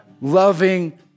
loving